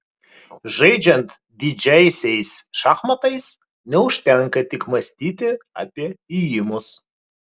žaidžiant didžiaisiais šachmatais neužtenka tik mąstyti apie ėjimus